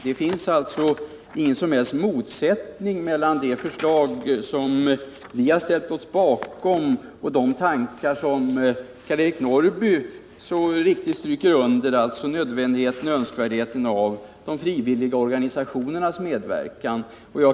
Det finns alltså ingen som helst motsättning mellan det förslag som vi har ställt oss bakom och Karl-Eric Norrbys understrykande av önskvärdheten och nödvändigheten av de frivilliga organisationerna medverkan.